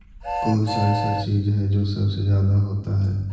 कौन सा ऐसा चीज है जो सबसे ज्यादा होता है?